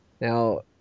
Now